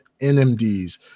NMDs